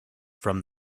from